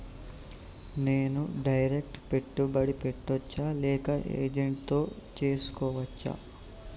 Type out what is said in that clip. నేను డైరెక్ట్ పెట్టుబడి పెట్టచ్చా లేక ఏజెంట్ తో చేస్కోవచ్చా?